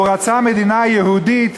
כשהוא רצה מדינה יהודית,